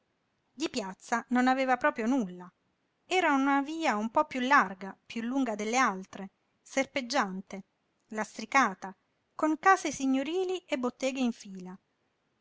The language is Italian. di piazza non aveva proprio nulla era una via un po piú larga e piú lunga delle altre serpeggiante lastricata con case signorili e botteghe in fila